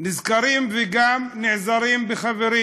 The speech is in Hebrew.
נזכרים וגם נעזרים בחברים.